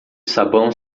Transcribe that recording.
sabão